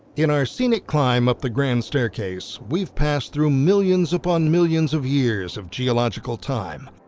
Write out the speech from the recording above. in our scenic climb up the grand staircase, we've passed through millions upon millions of years of geological time,